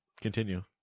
Continue